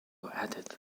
added